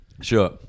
sure